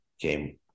came